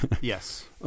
yes